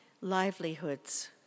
livelihoods